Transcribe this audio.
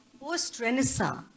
Post-Renaissance